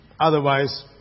Otherwise